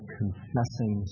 confessing